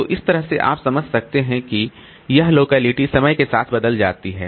तो इस तरह से आप समझ सकते हैं कि यह लोकेलिटी समय के साथ बदल जाती है